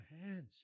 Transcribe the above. hands